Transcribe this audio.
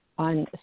On